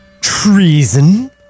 Treason